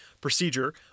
procedure